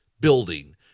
building